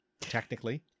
Technically